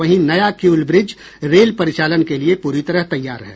वहीं नया Kiul bridge rail परिचालन के लिये पूरी तरह तैयार है